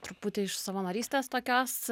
truputį iš savanorystės tokios